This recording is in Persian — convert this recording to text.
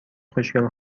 خوشگل